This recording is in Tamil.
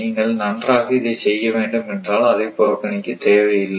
நீங்கள் நன்றாக இதைச் செய்ய வேண்டும் என்றால் அதை புறக்கணிக்க தேவை இல்லை